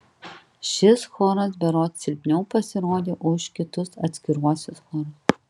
šis choras berods silpniau pasirodė už kitus atskiruosius chorus